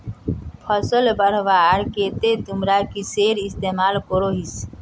फसल बढ़वार केते तुमरा किसेर इस्तेमाल करोहिस?